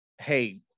hey